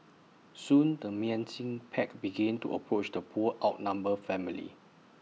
soon the pack began to approach the poor outnumbered family